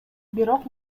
бирок